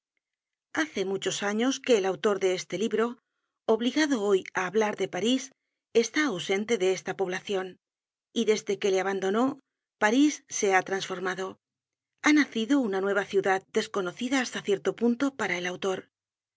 hace muchos años que el autor de este libro obligado hoy á hablar de paris está ausente de esta poblacion y desde que le abandonó parís se ha trasformado ha nacido una nueva ciudad desconocida hasta cierto punto para el autor